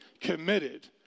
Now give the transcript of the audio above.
committed